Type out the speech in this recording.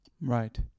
Right